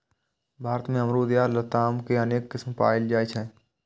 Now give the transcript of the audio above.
भारत मे अमरूद या लताम के अनेक किस्म पाएल जाइ छै